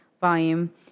volume